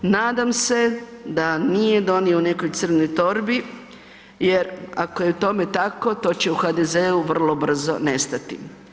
Nadam se da nije donio u nekoj crnoj torbi jer ako je tome tako to će u HDZ-u vrlo brzo nestati.